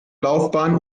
laufbahn